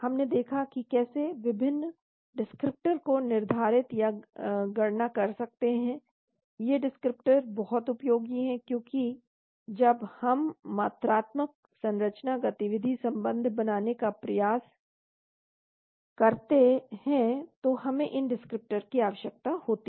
हमने देखा कि कैसे विभिन्न डिस्क्रिप्टर को निर्धारित या गणना कर सकते हैं ये डिस्क्रिप्टर बहुत उपयोगी हैं क्योंकि जब हम मात्रात्मक संरचना गतिविधि संबंध बनाने का प्रयास करते हैं तो हमें इन डिस्क्रिप्टर की आवश्यकता होती है